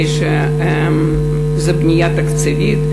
זו בנייה תקציבית,